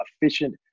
efficient